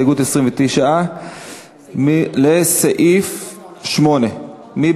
קבוצת סיעת מרצ וקבוצת סיעת העבודה לסעיף 8 לא נתקבלה.